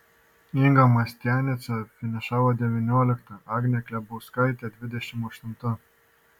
inga mastianica finišavo devyniolikta agnė klebauskaitė dvidešimt aštunta